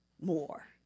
more